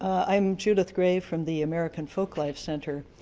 i'm judith gray from the american folk life center.